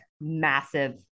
massive